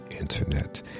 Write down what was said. internet